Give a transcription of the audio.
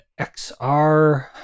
XR